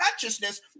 consciousness